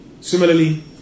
Similarly